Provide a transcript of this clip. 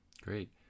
Great